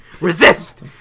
Resist